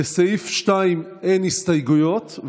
לסעיף 2 אין הסתייגויות,